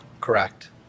Correct